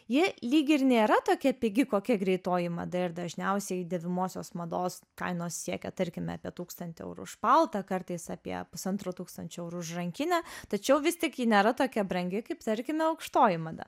ji lyg ir nėra tokia pigi kokia greitoji mada ir dažniausiai dėvimosios mados kainos siekia tarkime apie tūkstantį eurų už paltą kartais apie pusantro tūkstančio eurų už rankinę tačiau vis tik ji nėra tokia brangi kaip tarkime aukštoji mada